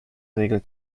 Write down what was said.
regel